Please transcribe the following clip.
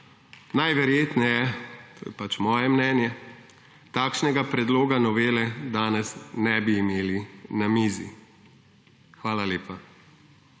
najverjetneje – to je pač moje mnenje – takšnega predloga novele danes ne bi imeli na mizi. Hvala lepa.